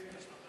אלי.